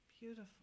beautiful